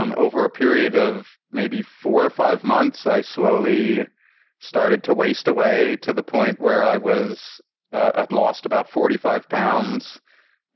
um over a period of four or five months, i slowly started to waste away to the point where i was had lost about forty five pounds